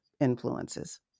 influences